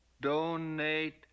donate